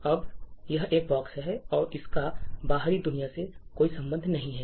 अब यह एक बॉक्स है और इसका बाहरी दुनिया से कोई संबंध नहीं है